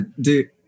dude